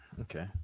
Okay